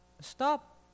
stop